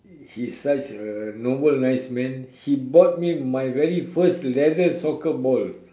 he's such a noble nice man he bought me my very first leather soccer ball